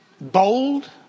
bold